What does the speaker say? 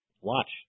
Watch